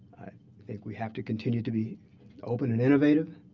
think we have to continue to be open and innovative.